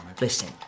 Listen